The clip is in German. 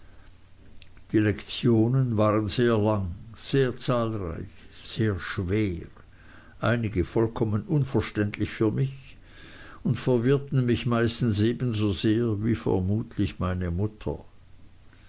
die lektionen waren sehr lang sehr zahlreich sehr schwer einige vollkommen unverständlich für mich und verwirrten mich meistens ebenso sehr wie vermutlich meine mutter